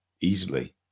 easily